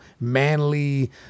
manly